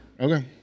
Okay